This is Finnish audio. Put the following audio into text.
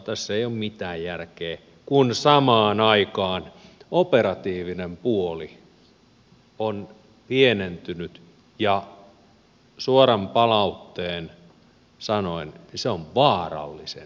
tässä ei ole mitään järkeä kun samaan aikaan operatiivinen puoli on pienentynyt ja suoran palautteen sanoin se on vaarallisen heikko